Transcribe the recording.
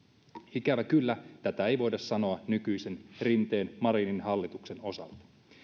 ikävä kyllä tätä ei voida sanoa nykyisen rinteen marinin hallituksen osalta